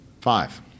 Five